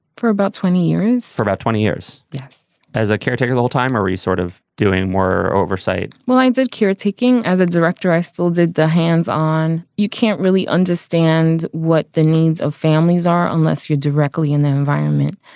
for about twenty years. for about twenty years? yes. as a caretaker, the old-timer re sort of doing more oversight well, i and did caretaking as a director. i still did the hands on. you can't really understand what the needs of families are unless you're directly in their environment.